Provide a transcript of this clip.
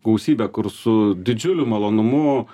gausybę kur su didžiuliu malonumu